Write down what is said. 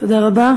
תודה רבה.